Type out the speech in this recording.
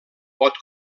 pot